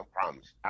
promise